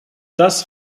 das